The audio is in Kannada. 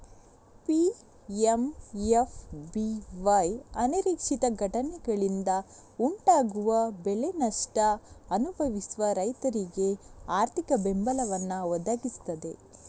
ಪಿ.ಎಂ.ಎಫ್.ಬಿ.ವೈ ಅನಿರೀಕ್ಷಿತ ಘಟನೆಗಳಿಂದ ಉಂಟಾಗುವ ಬೆಳೆ ನಷ್ಟ ಅನುಭವಿಸುವ ರೈತರಿಗೆ ಆರ್ಥಿಕ ಬೆಂಬಲವನ್ನ ಒದಗಿಸ್ತದೆ